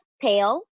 pale